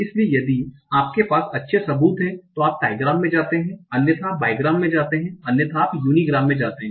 इसलिए यदि आपके पास अच्छे सबूत हैं तो आप ट्रायग्राम में जाते हैं अन्यथा आप बाइग्राम में जाते हैं अन्यथा आप यूनीग्राम जाते हैं